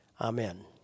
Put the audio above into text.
Amen